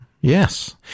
Yes